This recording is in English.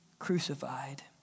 crucified